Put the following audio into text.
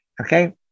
Okay